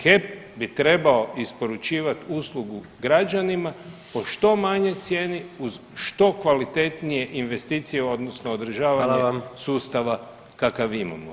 HEP bi trebao isporučivati uslugu građanima po što manjoj cijeni uz što kvalitetnije investicije, odnosno održavanje sustava kakav imamo.